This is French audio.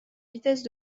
vitesse